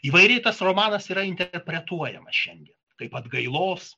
įvairiai tas romanas yra interpretuojamas šiandien kaip atgailos